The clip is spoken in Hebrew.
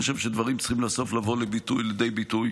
אני חושב שבסוף הדברים צריכים לבוא לידי ביטוי